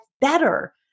better